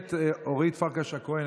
הכנסת אורית פרקש הכהן,